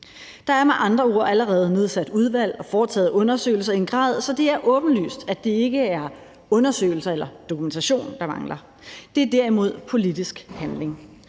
Der er med andre ord allerede nedsat udvalg og foretaget undersøgelser i en grad, så det er åbenlyst, at det ikke er undersøgelser eller dokumentation, der mangler – det er derimod politisk handling.